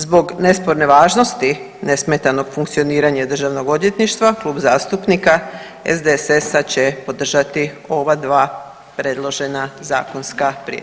Zbog nesporne važnosti nesmetanog funkcioniranja Državnog odvjetništva Klub zastupnika SDSS-a će podržati ova dva predložena zakonska prijedloga.